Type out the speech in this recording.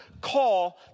call